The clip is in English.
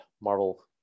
Marvel